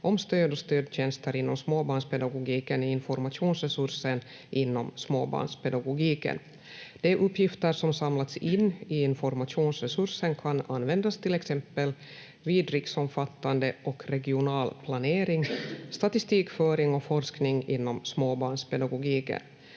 om stöd och stödtjänster inom småbarnspedagogiken i informationsresursen inom småbarnspedagogiken. De uppgifter som samlats in i informationsresursen kan användas till exempel vid riksomfattande och regional planering, statistikföring och forskning inom småbarnspedagogiken.